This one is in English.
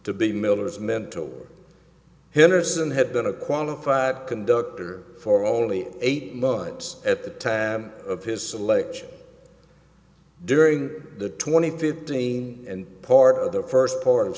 and had been a qualified conductor for only eight months at the time of his selection during the twenty fifteen and part of the first part of